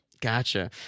Gotcha